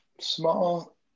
small